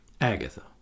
Agatha